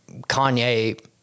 Kanye